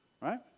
right